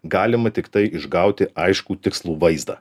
galima tiktai išgauti aiškų tikslų vaizdą